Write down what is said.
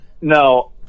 no